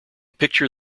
picture